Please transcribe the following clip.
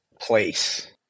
place